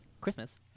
Christmas